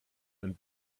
and